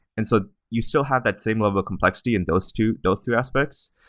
and so you still have that same level of complexity in those two those two aspects.